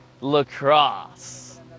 lacrosse